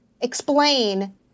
explain